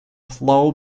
flow